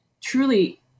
truly